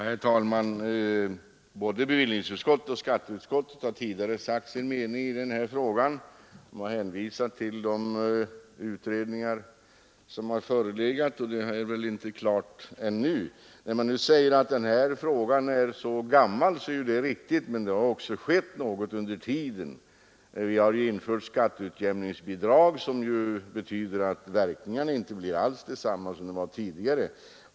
Herr talman! Både bevillningsutskottet och skatteutskottet har tidigare hänvisat till pågående utredningsarbete, och det arbetet är ju inte klart ännu. När det nu anförs att frågan är gammal, så är det ju riktigt, men det Nr 123 har ändå skett något under tiden. Vi har infört skatteutjämningsbidrag, Onsdagen den som betyder att verkningarna inte alls blir desamma som tidigare.